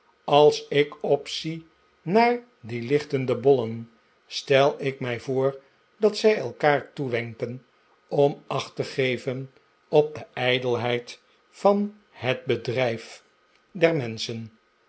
als ik opzie naar die lichtende bollen stel ik mij voor dat zij elkaar toewenken om acht te geven op de ijdelheid van het bedrijf der menschen